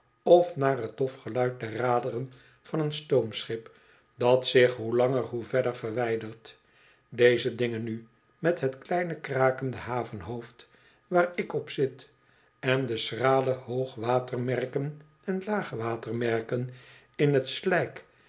of naar t dof geluid der raderen van een stoomschip dat zich hoe langer hoe verder verwijdert deze dingen nu met het kleine krakende havenhoofd waar ik op zit on de schrale hoogwater merken en laagwater merken in t slijk